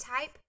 type